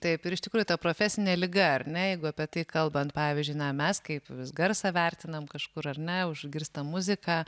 taip ir iš tikrųjų ta profesinė liga ar ne jeigu apie tai kalbant pavyzdžiui na mes kaip vis garsą vertinam kažkur ar ne užgirstam muziką